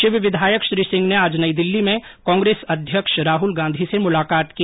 शिव विधायक श्री सिंह ने आज नई दिल्ली में कांग्रेस अध्यक्ष राहुल गांधी से मुलाकात की